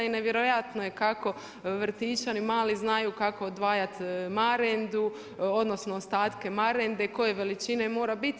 I nevjerojatno je kako vrtićani mali znaju kako odvajati marendu, odnosno ostatke marende, koje veličine mora biti.